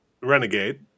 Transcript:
Renegade